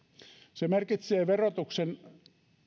se merkitsee verotuksen